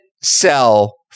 sell